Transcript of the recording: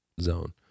zone